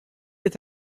est